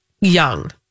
Young